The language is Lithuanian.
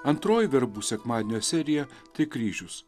antroji verbų sekmadienio serija tai ryžius